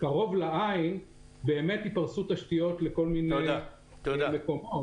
הקרוב לעין באמת ייפרסו תשתיות לכל מיני מקומות.